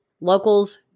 Locals